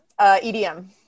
EDM